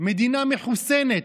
מדינה מחוסנת,